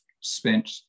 spent